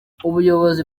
ubuyobozi